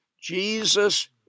Jesus